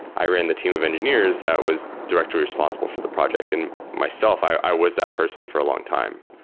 i ran the team of engineers that was directly responsible for the project. and myself, i was that person for a longtime.